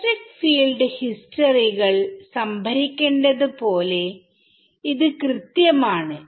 electric field ഹിസ്റ്ററികൾ സംഭരിക്കേണ്ടത് പോലെ ഇത് കൃത്യമാണ്